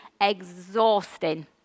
exhausting